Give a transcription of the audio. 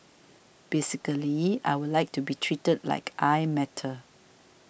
basically I would like to be treated like I matter